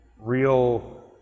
real